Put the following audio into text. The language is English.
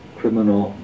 criminal